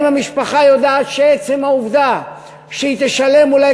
האם המשפחה יודעת שעצם העובדה שהיא תשלם אולי